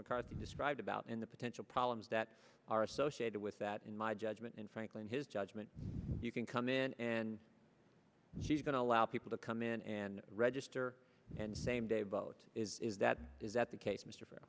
mccarthy described about in the potential problems that are associated with that in my judgment and frankly in his judgment you can come in and she's going to allow people to come in and register and same day vote is that is that the case mr